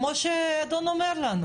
כמו שהאדון אומר לנו.